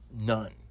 None